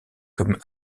comme